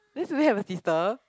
means you have a sister